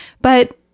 but-